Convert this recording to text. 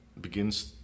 begins